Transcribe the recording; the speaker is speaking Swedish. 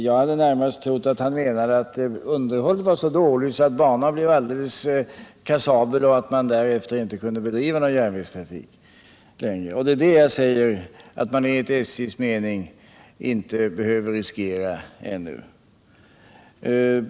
Jag hade närmast trott att han menade att underhållet var så dåligt att banan blev alldeles kassabel och att man därefter inte längre kunde bedriva någon järnvägstrafik, men enligt SJ:s mening behöver man ännu inte riskera det.